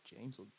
James